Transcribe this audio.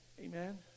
Amen